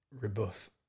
rebuff